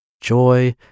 joy